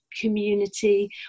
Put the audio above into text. community